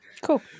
Cool